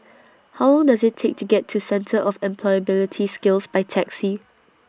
How Long Does IT Take to get to Centre For Employability Skills By Taxi